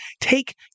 take